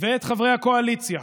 ואת חברי הקואליציה: